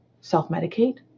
self-medicate